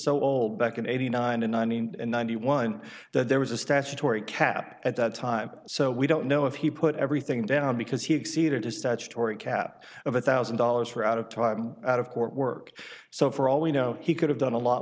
so old back in eighty nine and nine hundred ninety one that there was a statutory cap at that time so we don't know if he put everything down because he exceeded a statutory cap of a thousand dollars for out of time out of court work so for all we know he could have done a lot